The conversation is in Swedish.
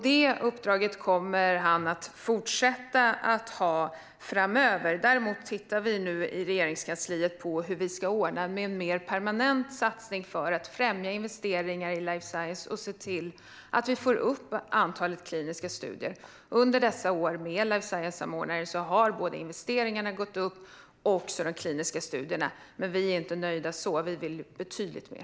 Det uppdraget kommer han att fortsätta ha framöver. Däremot tittar vi nu inom Regeringskansliet på hur vi ska ordna med en mer permanent satsning för att främja investeringar i life science och se till att vi får upp antalet kliniska studier. Under dessa år med en life science-samordnare har investeringarna och antalet kliniska studier gått upp. Men vi är inte nöjda där. Vi vill betydligt mer.